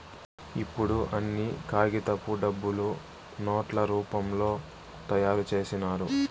ఇప్పుడు అన్ని కాగితపు డబ్బులు నోట్ల రూపంలో తయారు చేసినారు